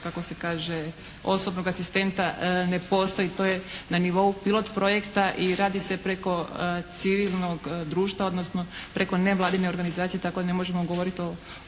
kako se kaže, osobnog asistenta ne postoji. To je na nivou pilot projekta i radi se preko civilnog društva, odnosno preko nevladine organizacije. Tako da ne možemo govoriti o